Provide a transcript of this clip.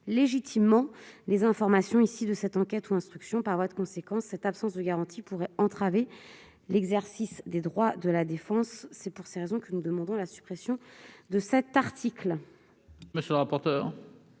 légitimement les informations issues de cette enquête ou instruction. Par voie de conséquence, une telle absence de garantie pourrait entraver l'exercice des droits de la défense. Voilà pourquoi nous demandons la suppression de cet article. Quel est l'avis de